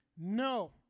No